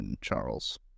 Charles